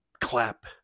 clap